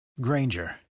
Granger